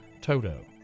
Toto